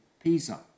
Pisa